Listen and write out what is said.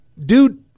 Dude